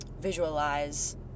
visualize